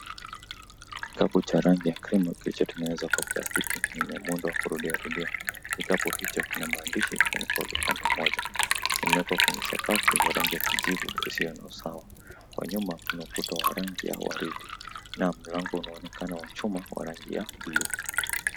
Kikapu cha rangi ya cream kilichotengezwa kwa plastiki kimetengezwa kimeundwa ka kurudiarudia .Kikapu hicho kina maandishi kinafolu pande moja. Kimewekwa kwenye sakafu ya rangi ya kijifu isiyo na usawa ,kwa nyuma kuna ukuta wa rangi ya waridi na mlango unaonekana wa chuma wa rangi ya bluu .